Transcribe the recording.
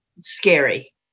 scary